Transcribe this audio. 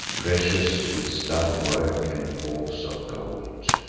precious with studded work, and paws of gold.